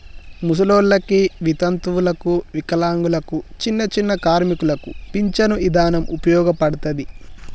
ముసలోల్లకి, వితంతువులకు, వికలాంగులకు, చిన్నచిన్న కార్మికులకు పించను ఇదానం ఉపయోగపడతది